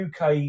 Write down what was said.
UK